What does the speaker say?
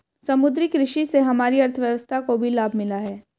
समुद्री कृषि से हमारी अर्थव्यवस्था को भी लाभ मिला है